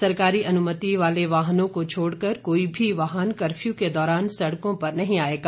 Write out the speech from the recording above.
सरकारी अनुमति वाले वाहनों को छोड़कर कोई भी वाहन कर्फ्यू के दौरान सड़कों पर नहीं आएगा